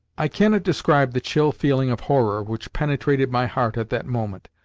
i cannot describe the chill feeling of horror which penetrated my heart at that moment.